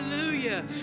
hallelujah